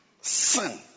sin